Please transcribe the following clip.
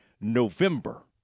November